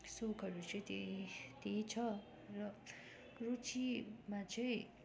सोकहरू चाहिँ त्यही त्यही छ र रुचिमा चाहिँ